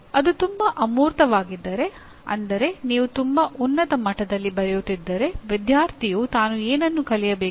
ಈಗ ಈ ಮಧ್ಯಸ್ಥಿಕೆಗಳು ಯಾವುವು ಶಿಕ್ಷಕರು ಏನು ಬೋಧನೆ ಮಾಡುತ್ತಾರೆ ಮಧ್ಯಸ್ಥಿಕೆಗಳು ಯಾವಾಗ ನಡೆಯುತ್ತವೆ